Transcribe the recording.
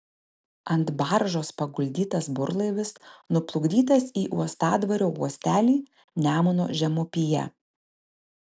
ant baržos paguldytas burlaivis nuplukdytas į uostadvario uostelį nemuno žemupyje